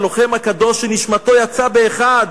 הלוחם הקדוש שנשמתו יצאה ב'אחד',